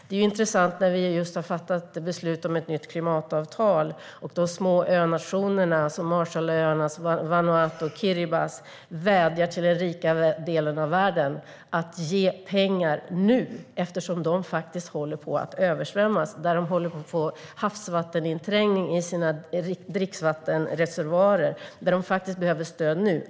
Det är intressant nu när vi just har fattat beslut om ett nytt klimatavtal. De små önationerna, till exempel Marshallöarna, Vanuatu och Kiribati, vädjar till den rika delen av världen att ge pengar nu . De håller på att översvämmas. De håller på att få havsvatteninträngning i sina dricksvattenreservoarer och behöver stöd nu.